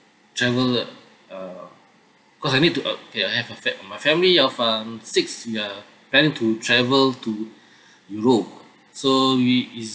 travel uh because I need to uh okay I have a fa~ my family of um six we are planning to travel to europe so we is